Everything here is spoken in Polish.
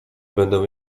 będę